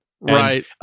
Right